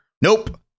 Nope